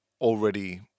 already